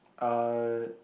uh